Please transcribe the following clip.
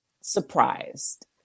surprised